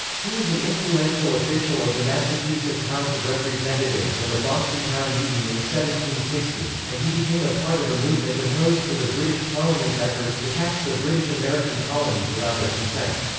he was an influential official of the massachusetts house of representatives and the boston town meeting in the seventeen sixty s, and he became a part of a movement opposed to the british parliament's efforts to tax the british american colonies without their consent.